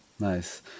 Nice